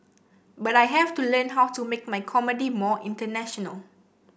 but I have to learn how to make my comedy more international